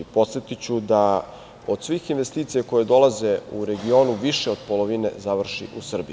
Podsetiću da od svih investicija koje dolaze u regionu više od polovine završi u Srbiji.